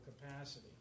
capacity